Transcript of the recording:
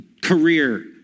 career